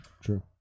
True